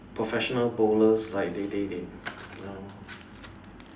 professional bowlers like they they they you know